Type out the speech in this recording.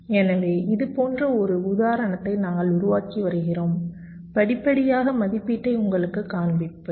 எனவே இது போன்ற ஒரு உதாரணத்தை நாங்கள் உருவாக்கி வருகிறோம் படிப்படியாக மதிப்பீட்டை உங்களுக்குக் காண்பிப்பேன்